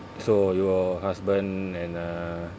so your husband and uh